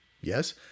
Yes